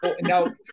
Now